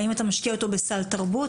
האם אתה משקיע אותו בסל תרבות,